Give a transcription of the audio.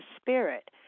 Spirit